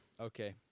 Okay